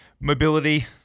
mobility